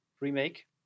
remake